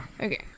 Okay